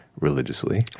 religiously